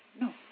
no